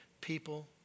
People